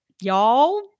y'all